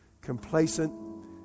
complacent